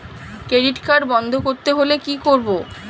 Credit card বন্ধ করতে হলে কি করব?